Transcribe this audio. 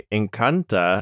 encanta